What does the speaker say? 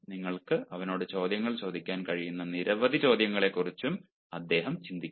നിങ്ങൾക്ക് അവനോട് ചോദിക്കാൻ കഴിയുന്ന നിരവധി ചോദ്യങ്ങളെക്കുറിച്ചും അദ്ദേഹം ചിന്തിക്കും